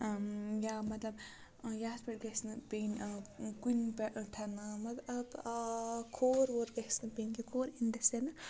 یا مطلب یَتھ پٮ۪ٹھ گَژھِ نہٕ پیٚنۍ کُنہِ پٮ۪ٹھ مطلب آ کھور وور گَژھِ نہٕ پیٚنۍ کہِ کھور اِن دَ سٮ۪نہٕ